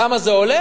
כמה זה עולה?